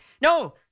no